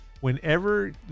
whenever